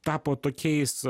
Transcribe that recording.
tapo tokiais